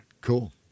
Cool